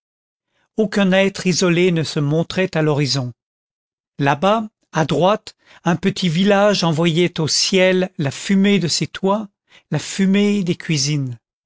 aucun être isolé ne se montrait à l'horizon là-bas à droite un petit village envoyait au ciel la fumée de ses toits la fumée des cuisines